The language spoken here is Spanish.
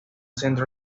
centro